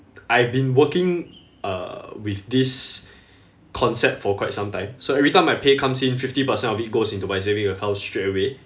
I've been working uh with this concept for quite some time so every time my pay comes in fifty percent of it goes into my savings account straight away